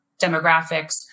demographics